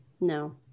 no